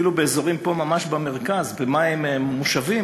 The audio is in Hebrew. אפילו באזורים פה, ממש במרכז, במים מושבים,